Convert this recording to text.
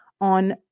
on